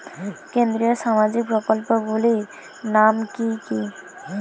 কেন্দ্রীয় সামাজিক প্রকল্পগুলি নাম কি কি?